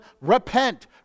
Repent